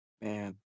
Man